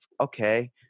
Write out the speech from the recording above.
okay